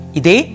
ide